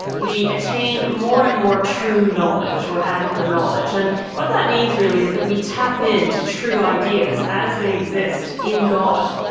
we attain more and more true knowledge, or adequate knowledge, and what that means really is that we tap in to true ideas as they exist in god.